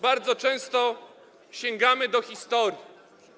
Bardzo często sięgamy do historii.